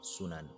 Sunan